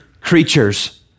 creatures